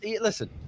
listen